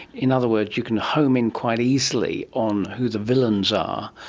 in other words, you can home in quite easily on who the villains are.